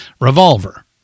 Revolver